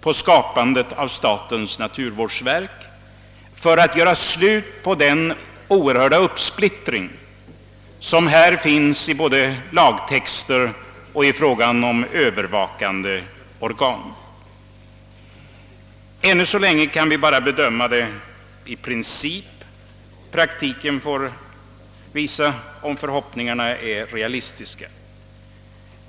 på skapandet av statens naturvårdsverk och hoppas att det skall göra slut på den kraftiga uppsplittringen på detta område när det gäller både lagtext och övervakande organ. ännu så länge kan vi bara bedöma saken i princip — praktiken får visa om förhoppningarna är realistiska.